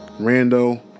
Rando